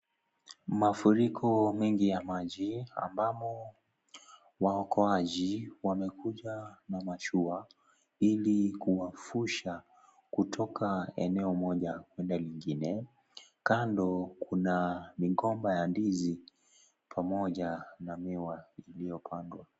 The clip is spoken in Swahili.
Mafuriko mengi ya maji, ambamo waokoaji wamekuja na mashua ili kuvusha kutoka eneo moja kwenda lingine kando kuna migomba ya ndizi pamoja na miwa iliyopandwa.